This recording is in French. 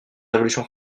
révolution